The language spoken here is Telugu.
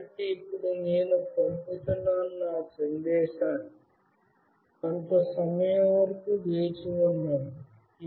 కాబట్టి ఇప్పుడు నేను పంపుతున్నాను సందేశాన్ని కొంత సమయం వరకు వేచి ఉండండి